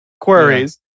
queries